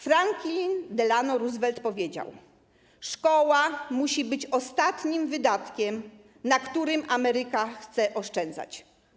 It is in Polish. Franklin Delano Roosevelt powiedział: szkoła musi być ostatnim wydatkiem, na którym Ameryka chce oszczędzać.